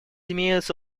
имеются